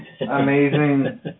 amazing